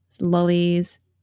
lollies